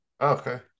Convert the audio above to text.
Okay